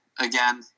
again